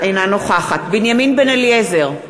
אינה נוכחת בנימין בן-אליעזר,